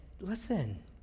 listen